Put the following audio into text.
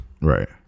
Right